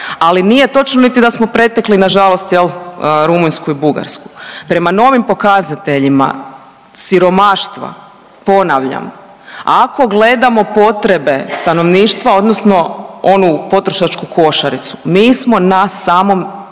ali nije točno niti da smo pretekli nažalost jel Rumunjsku i Bugarsku. Prema novim pokazateljima siromaštva, ponavljam, ako gledamo potrebe stanovništva odnosno onu potrošačku košaricu mi smo na samom